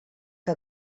que